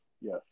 yes